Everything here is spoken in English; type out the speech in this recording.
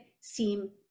seem